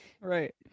Right